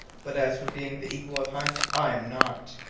but as for being the equal of hunt, i'm not!